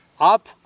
up